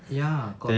ya got